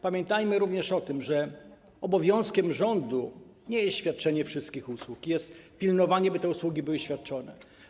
Pamiętajmy również o tym, że obowiązkiem rządu nie jest świadczenie wszystkich usług, tylko jest pilnowanie, by te usługi były świadczone.